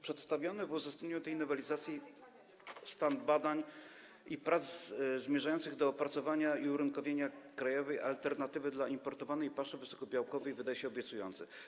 Przedstawiony w uzasadnieniu tej nowelizacji stan badań i prac zmierzających do opracowania i urynkowienia krajowej alternatywy dla importowanej paszy wysokobiałkowej wydaje się obiecujący.